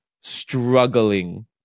struggling